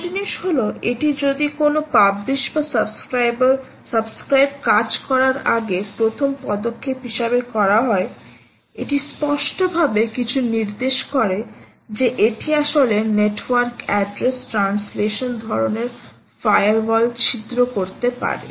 ভাল জিনিস হ'ল এটি যদি কোনও পাবলিশ বা সাবস্ক্রাইব কাজ করার আগে প্রথম পদক্ষেপ হিসাবে করা হয় এটি স্পষ্টভাবে কিছু নির্দেশ করে যে এটি আসলে নেটওয়ার্ক এড্রেস ট্রান্সলেশন ধরণের ফায়ারওয়াল ছিদ্র করতে পারে